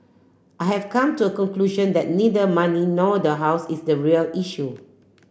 I have come to a conclusion that neither money nor the house is the real issue